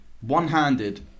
one-handed